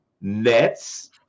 Nets